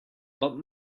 but